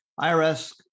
IRS